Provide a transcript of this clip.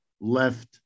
left